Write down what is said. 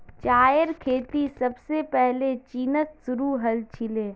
चायेर खेती सबसे पहले चीनत शुरू हल छीले